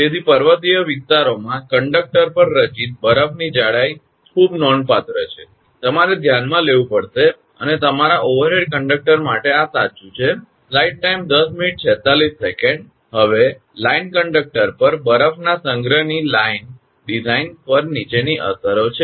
તેથી પર્વતીય વિસ્તારોમાં કંડકટર પર રચિત બરફની જાડાઈ ખૂબ નોંધપાત્ર છે તમારે ધ્યાનમાં લેવું પડશે અને તમારા ઓવરહેડ કંડકટર માટે આ સાચું છે હવે લાઇન કંડક્ટર પર બરફના સંગ્રહની લાઇન ડિઝાઇન પર નીચેની અસરો છે